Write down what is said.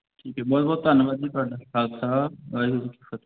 ਠੀਕ ਹੈ ਬਹੁਤ ਬਹੁਤ ਧੰਨਵਾਦ ਜੀ ਤੁਹਾਡਾ ਖਾਲਸਾ ਵਾਹਿਗੁਰੂ ਜੀ ਕੀ ਫਤਿਹ